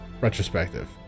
retrospective